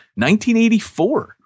1984